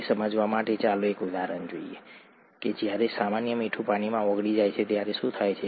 તે સમજવા માટે ચાલો એક ઉદાહરણ જોઈએ કે જ્યારે સામાન્ય મીઠું પાણીમાં ઓગળી જાય ત્યારે શું થાય છે